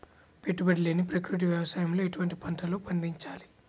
పెట్టుబడి లేని ప్రకృతి వ్యవసాయంలో ఎటువంటి పంటలు పండించాలి?